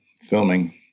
filming